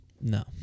No